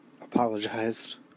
apologized